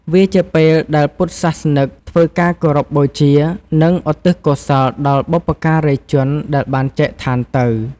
វាជាពេលដែលពុទ្ធសាសនិកធ្វើការគោរពបូជា និងឧទ្ទិសកុសលដល់បុព្វការីជនដែលបានចែកឋានទៅ ។